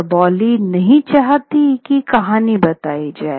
चौबोली नहीं चाहती की कहानी बताई जाए